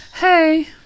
Hey